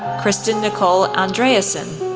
kristin nicole andreassen,